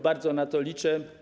Bardzo na to liczę.